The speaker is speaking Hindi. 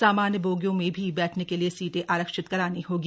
सामान्य बोगियो में भी बैठने के लिए सीटें आरक्षित करानी होंगी